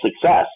success